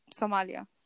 Somalia